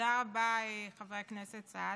תודה רבה, חבר הכנסת סעדי,